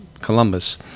Columbus